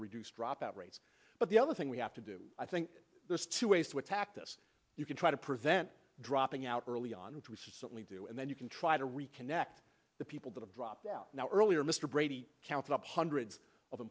to reduce dropout rates but the other thing we have to do i think there's two ways to attack this you can try to prevent dropping out early on which we certainly do and then you can try to reconnect the people that have dropped out now earlier mr brady counts up hundreds o